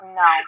no